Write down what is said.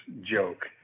joke